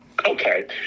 okay